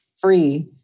free